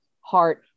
heart